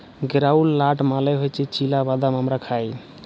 গেরাউলড লাট মালে হছে চিলা বাদাম আমরা খায়